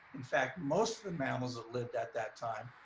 in fact, most of the mammals that lived at that time,